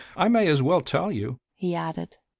i may as well tell you, he added,